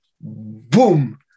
boom